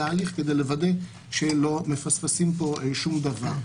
ההליך וכדי לוודא שלא מפספסים פה שום דבר.